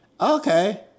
Okay